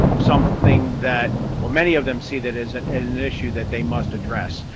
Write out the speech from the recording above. something that well many of them see that as an an issue that they must address.